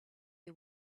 you